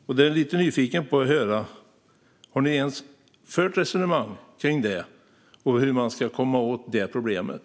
Jag är lite nyfiken på att höra om ni har fört ett resonemang kring detta och hur man ska komma åt problemet.